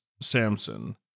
samson